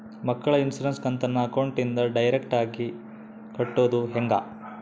ಮಕ್ಕಳ ಇನ್ಸುರೆನ್ಸ್ ಕಂತನ್ನ ಅಕೌಂಟಿಂದ ಡೈರೆಕ್ಟಾಗಿ ಕಟ್ಟೋದು ಹೆಂಗ?